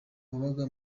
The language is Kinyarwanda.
wabaga